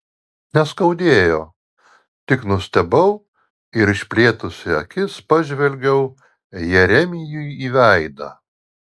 neskaudėjo tik nustebau ir išplėtusi akis pažvelgiau jeremijui į veidą